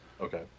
Okay